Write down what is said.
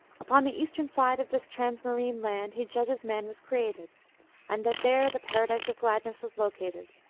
upon the eastern side of this transmarine land he judges man was created and that there the paradise of gladness was located,